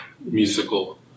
musical